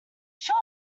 sure